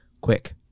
quick